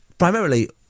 Primarily